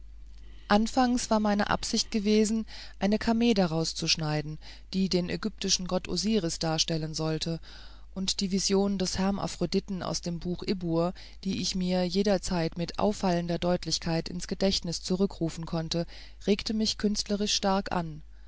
anfangs war meine absicht gewesen eine kamee daraus zu schneiden die den ägyptischen gott osiris darstellen sollte und die vision des hermaphroditen aus dem buche ibbur die ich mir jederzeit mit auffallender deutlichkeit ins gedächtnis zurückrufen konnte regte mich künstlerisch stark an